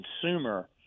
consumer